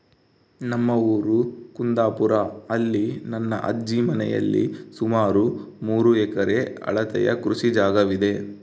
ನಮ್ಮ ಊರು ಕುಂದಾಪುರ, ಅಲ್ಲಿ ನನ್ನ ಅಜ್ಜಿ ಮನೆಯಲ್ಲಿ ಸುಮಾರು ಮೂರು ಎಕರೆ ಅಳತೆಯ ಕೃಷಿ ಜಾಗವಿದೆ